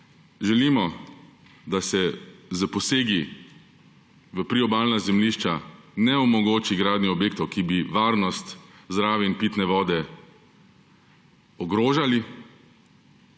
Želimo, da se s posegi v priobalna zemljišča ne omogoči gradnje objektov, ki bi varnost zdrave in pitne vode ogrožali.